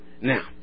Now